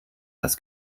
das